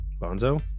Bonzo